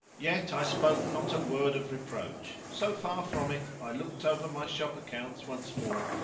yet i spoke not a word of reproach so far from it i looked over my shop accounts once more,